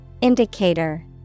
Indicator